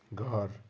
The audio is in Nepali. घर